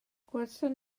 gwelsom